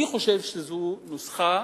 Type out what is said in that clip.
אני חושב שזו נוסחה,